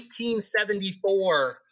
1974